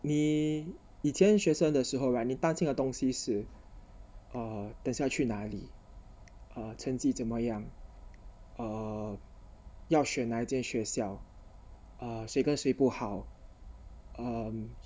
你以前学生的时候 right 你担心的东西是 uh 等下去哪里 uh 成绩怎么样 uh 要选哪一间学校 uh 谁跟谁不好 um